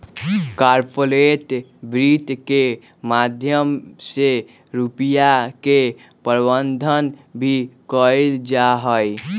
corporate वित्त के माध्यम से रुपिया के प्रबन्धन भी कइल जाहई